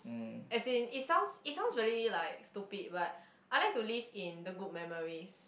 as in it sounds it sounds really like stupid but I like to live in the good memories